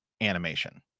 animation